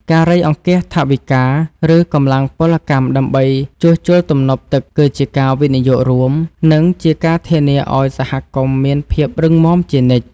ការរៃអង្គាសថវិកា ឬកម្លាំងពលកម្មដើម្បីជួសជុលទំនប់ទឹកគឺជាការវិនិយោគរួម និងជាការធានាឱ្យសហគមន៍មានភាពរឹងមាំជានិច្ច។